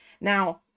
now